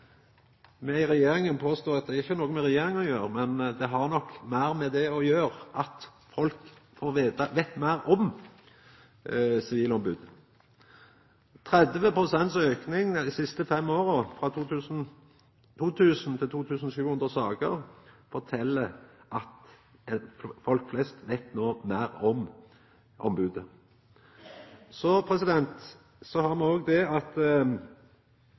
Me i regjeringa vil påstå at det ikkje er på grunn av noko me i regjeringa gjer – det har nok meir å gjera med at folk veit meir om sivilombodet. Ein auke på 30 pst. dei siste fem åra, frå 2 000 til 2 700 saker, fortel at folk flest no veit meir om ombodet. Så